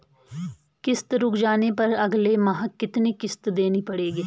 किश्त रुक जाने पर अगले माह कितनी किश्त देनी पड़ेगी?